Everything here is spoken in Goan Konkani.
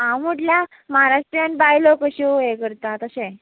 हांव म्हटल्या महाराष्ट्रीयन बायलो कश्यो हें करता तशें